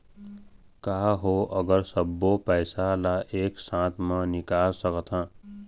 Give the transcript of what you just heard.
का ओ हर सब्बो पैसा ला एक साथ म निकल सकथे?